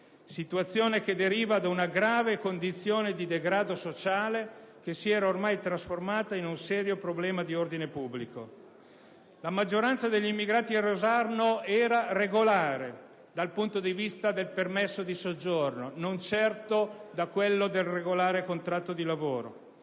limitrofi, che deriva da una grave condizione di degrado sociale che si era ormai trasformata in un serio problema di ordine pubblico. La maggioranza degli immigrati a Rosarno era regolare dal punto di vista del permesso di soggiorno, non certo sotto il profilo del regolare contratto di lavoro.